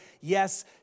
yes